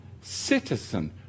Citizen